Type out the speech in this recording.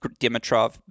Dimitrov